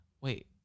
wait